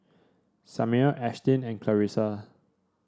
Samir Ashtyn and Clarissa